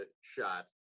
shot